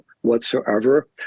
whatsoever